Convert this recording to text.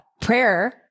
prayer